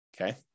okay